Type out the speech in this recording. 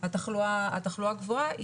התחלואה גבוהה,